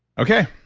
okay